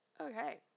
Okay